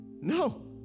no